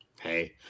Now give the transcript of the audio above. Hey